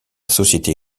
société